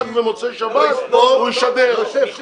רק במוצאי שבת הוא ישדר.